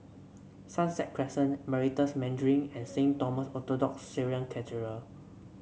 Sunset Crescent Meritus Mandarin and Saint Thomas Orthodox Syrian Cathedral